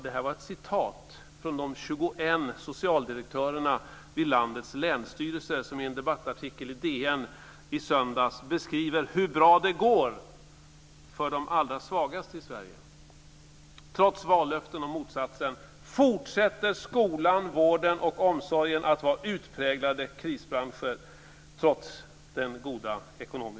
Detta var ett citat från de 21 socialdirektörerna vid landets länsstyrelser som i en debattartikel i DN i söndags beskriver hur bra det går för de allra svagaste i Sverige. Trots vallöften om motsatsen och trots den goda ekonomiska utvecklingen, fortsätter skolan, vården och omsorgen att vara utpräglade krisbranscher.